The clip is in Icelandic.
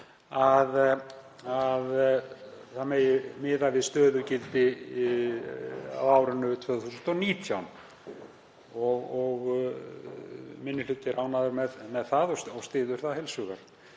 að það megi miða við stöðugildi á árinu 2019 og 1. minni hluti er ánægður með það og styður það heils hugar.